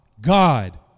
God